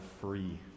free